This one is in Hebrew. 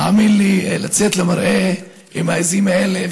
האמן לי, לצאת למרעה עם העיזים האלה.